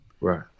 Right